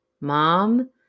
Mom